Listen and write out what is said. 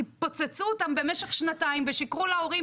כי פוצצו אותם במשך שנתיים ושיקרו להורים